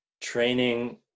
training